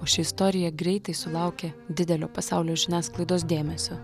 o ši istorija greitai sulaukė didelio pasaulio žiniasklaidos dėmesio